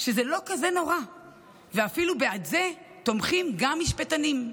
שזה לא כזה נורא ואפילו בעד זה תומכים גם משפטנים.